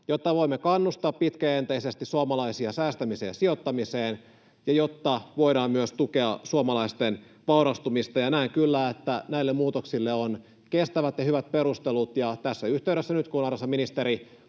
jotta voimme kannustaa pitkäjänteisesti suomalaisia säästämiseen ja sijoittamiseen ja jotta voidaan myös tukea suomalaisten vaurastumista. Näen kyllä, että näille muutoksille on kestävät ja hyvät perustelut ja tässä yhteydessä nyt, kun, arvoisa ministeri,